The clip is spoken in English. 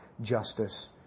justice